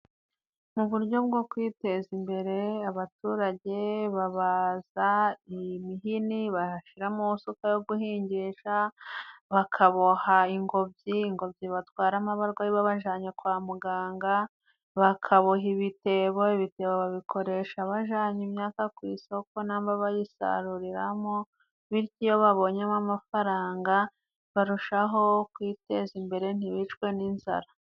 Mu buryo bwo kwiteza imbere, abaturage babaza imihini bashira mu isuka yo guhingisha, bakaboha ingobyi, ingobyi batwaramo abarwayi babajanye kwa muganga. Bakaboha ibitebo, ibitebo babikoresha bajanye imyaka ku isoko namba bayisaruriramo, bityo iyo babonyemo amafaranga barushaho kwiteza imbere, ntibicwe n'inzara.